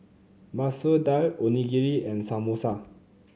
Masoor Dal Onigiri and Samosa